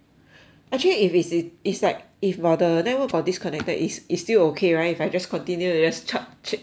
actually if it's if is like if 我的 network for this connector is is still okay right if I just continue to just chup chit chat like that